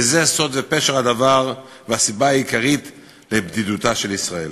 וזה סוד ופשר הדבר והסיבה העיקרית לבדידותה של ישראל.